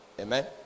amen